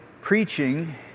preaching